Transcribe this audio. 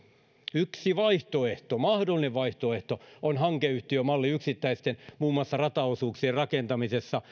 yksi mahdollinen vaihtoehto on hankeyhtiömalli muun muassa yksittäisten rataosuuksien rakentamisessa